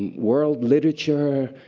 world literature,